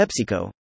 PepsiCo